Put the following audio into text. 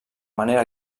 manera